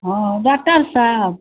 हँ डॉक्टर सहेब